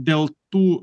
dėl tų